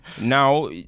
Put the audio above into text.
now